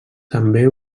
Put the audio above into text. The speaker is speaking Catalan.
també